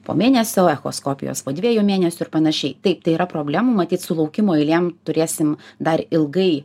po mėnesio echoskopijos po dviejų mėnesių ir panašiai taip tai yra problemų matyt su laukimo eilėm turėsim dar ilgai